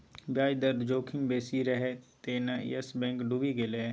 ब्याज दर जोखिम बेसी रहय तें न यस बैंक डुबि गेलै